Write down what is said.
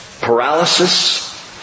paralysis